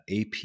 AP